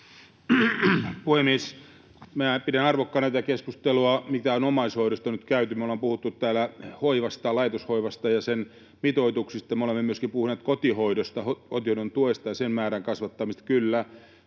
Puhemies! Minä pidän arvokkaana tätä keskustelua, mitä on omaishoidosta nyt käyty. Me ollaan puhuttu täällä hoivasta, laitoshoivasta ja sen mitoituksista. Me olemme puhuneet myöskin kotihoidosta, kotihoidon tuesta ja sen määrän kasvattamisesta, kyllä,